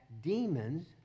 demons